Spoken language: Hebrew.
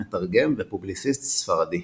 מתרגם ופובליציסט ספרדי.